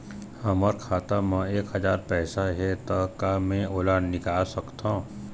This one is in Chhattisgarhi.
हमर खाता मा एक हजार पैसा हे ता का मैं ओला निकाल सकथव?